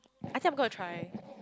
I think I'm gonna try